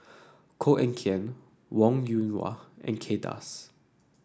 Koh Eng Kian Wong Yoon Wah and Kay Das